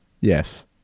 Yes